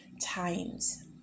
times